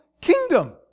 kingdom